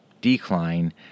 decline